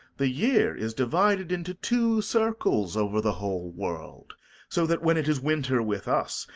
the year is divided into two circles over the whole world so that, when it is winter with us,